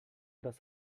das